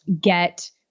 get